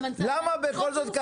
שאנחנו במדינת ישראל נמצאים כיום